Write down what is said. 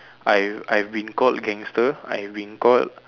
I I've been called gangster I've been called